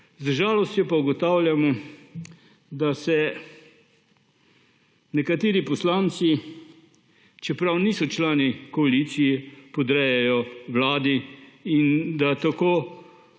Z žalostjo pa ugotavljam, da se nekateri poslanci, čeprav niso člani koalicije, podrejajo vladi in da tako